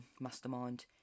mastermind